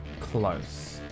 close